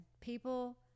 people